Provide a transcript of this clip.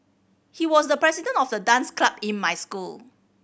he was the president of the dance club in my school